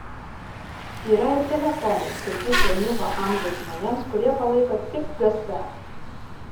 yra ir telefonai skirti senyvo amžiaus žmonėms kurie palaiko tik gsm